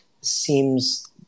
seems